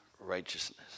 righteousness